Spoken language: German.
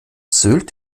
sylt